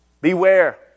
Beware